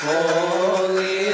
Holy